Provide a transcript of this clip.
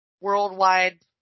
worldwide